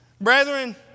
Brethren